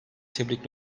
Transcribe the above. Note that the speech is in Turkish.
tebrik